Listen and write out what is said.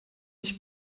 ich